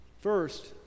First